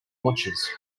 watches